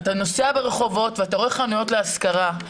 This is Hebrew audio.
אתה נוסע ברחובות ואתה רואה חנויות להשכרה.